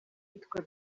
yitwa